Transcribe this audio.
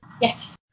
Yes